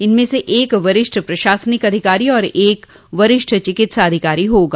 इनमें से एक वरिष्ठ प्रशासनिक अधिकारी और एक वरिष्ठ चिकित्साधिकारी होगा